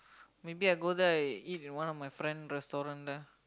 maybe I go there eat at one of my friend restaurant there